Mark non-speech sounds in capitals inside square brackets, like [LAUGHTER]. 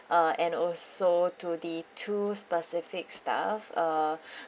uh and also to the two specific staff uh [BREATH]